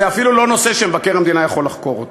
זה אפילו לא נושא שמבקר המדינה יכול לחקור אותו.